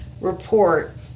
report